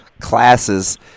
classes